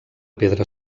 pedra